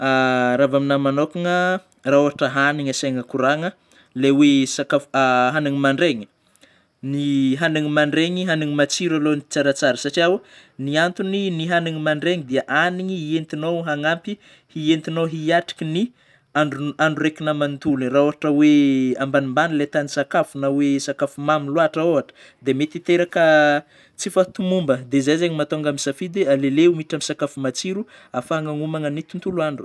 Raha vao aminahy manokagna raha ôhatra hanigny asiana kôragna ilay hoe sakafo hanigny mandraigny, ny hanigny mandraigny hanigny matsiro aloha ny tsaratsara satria ny antony ny hanigny mandraigny dia hanigny hientinao hagnampy hientinao hiatriky ny andro- andro raikinao manontolo raha ohatra hoe ambanimbany ilay tahan'ny sakafo na hoe sakafo mamy loatra ohatra dia mety hiteraka tsy fahatomomba de zay zegny mahatonga ahy misafidy aleoleo miditra amy sakafo matsiro afahagna magnomana ny tontolo andro.